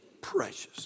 precious